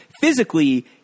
physically